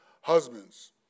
Husbands